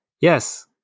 Yes